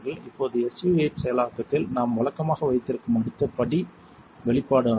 இப்போது SU 8 செயலாக்கத்தில் நாம் வழக்கமாக வைத்திருக்கும் அடுத்த படி வெளிப்பாடு ஆகும்